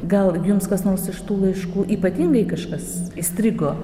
gal jums kas nors iš tų laiškų ypatingai kažkas įstrigo